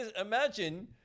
Imagine